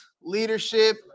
leadership